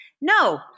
No